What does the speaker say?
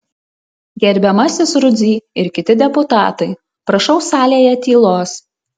gerbiamasis rudzy ir kiti deputatai prašau salėje tylos